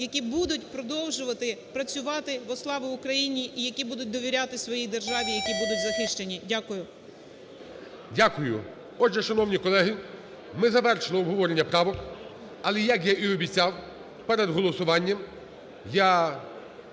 які будуть продовжувати працювативо славу Україні і які будуть довіряти своїй державі, які будуть захищені. Дякую. ГОЛОВУЮЧИЙ. Дякую. Отже, шановні колеги, ми завершили обговорення правок. Але, як я і обіцяв, перед голосуванням я